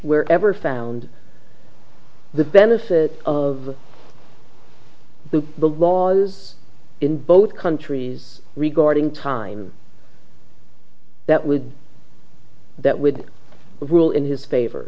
where ever found the benefit of the laws in both countries regarding time that would that would rule in his favor